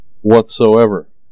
whatsoever